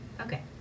Okay